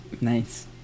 nice